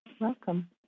Welcome